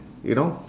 you know